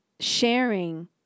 sharing